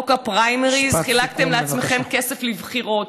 חוק הפריימריז, חילקתם לעצמכם כסף לבחירות,